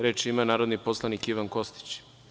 Reč ima narodni poslanik Ivan Kostić.